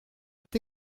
est